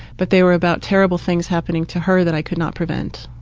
but they were about terrible things happening to her that i could not prevent.